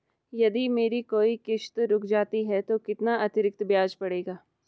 यदि मेरी कोई किश्त रुक जाती है तो कितना अतरिक्त ब्याज पड़ेगा?